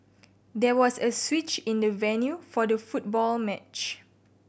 there was a switch in the venue for the football match